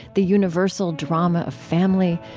the universal drama of family,